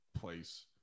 place